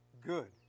good